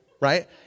right